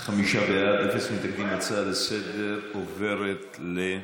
את ההצעה לסדר-היום